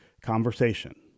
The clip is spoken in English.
conversation